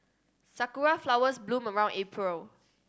sakura flowers bloom around April